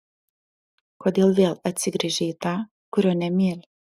kodėl vėl atsigręžei į tą kurio nemyli